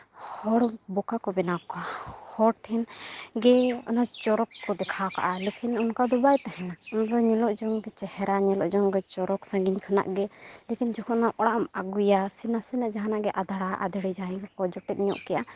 ᱦᱚᱲ ᱵᱚᱠᱟ ᱠᱚ ᱵᱮᱱᱟᱣ ᱠᱚᱣᱟ ᱦᱚᱲ ᱴᱷᱮᱱ ᱜᱮ ᱚᱱᱟ ᱪᱚᱨᱚᱠ ᱠᱚ ᱫᱮᱷᱟᱣ ᱠᱟᱜᱟ ᱞᱮᱠᱷᱤᱱ ᱚᱱᱠᱟ ᱫᱚ ᱵᱟᱭ ᱛᱟᱦᱮᱱᱟ ᱚᱱᱟ ᱫᱚ ᱧᱮᱞᱚᱜ ᱡᱚᱜ ᱜᱮ ᱪᱮᱦᱨᱟ ᱧᱮᱞᱚᱜ ᱡᱚᱜ ᱪᱚᱨᱚᱠ ᱥᱟᱹᱜᱤᱧ ᱠᱷᱚᱱᱟᱜ ᱜᱮ ᱞᱮᱠᱷᱤᱱ ᱡᱚᱠᱷᱚᱱ ᱚᱱᱟ ᱚᱲᱟᱜᱮᱢ ᱟᱹᱜᱩᱭᱟ ᱥᱮ ᱱᱟᱥᱮ ᱱᱟᱜ ᱡᱟᱦᱟᱱᱟᱜ ᱟᱫᱷᱲᱟ ᱟᱹᱫᱷᱲᱤ ᱡᱟᱦᱟᱸᱭ ᱠᱚ ᱠᱚ ᱡᱚᱴᱮᱫ ᱧᱚᱜ ᱠᱮᱜᱼᱟ